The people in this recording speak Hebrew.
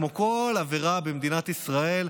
כמו בכל עבירה במדינת ישראל,